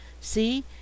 see